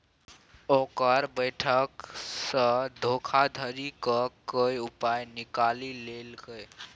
ओकर बैंकसँ धोखाधड़ी क कए पाय निकालि लेलकै